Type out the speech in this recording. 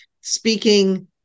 speaking